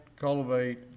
cultivate